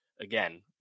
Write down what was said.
again